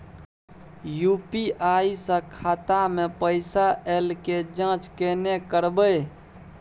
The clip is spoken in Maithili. यु.पी.आई स खाता मे पैसा ऐल के जाँच केने करबै?